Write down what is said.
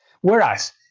whereas